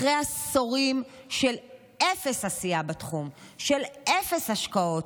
אחרי עשורים של אפס עשייה בתחום, של אפס השקעות,